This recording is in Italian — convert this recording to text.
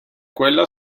quella